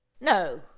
no